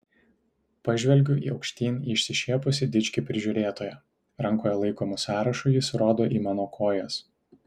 pažvelgiu aukštyn į išsišiepusį dičkį prižiūrėtoją rankoje laikomu sąrašu jis rodo į mano kojas